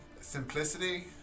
simplicity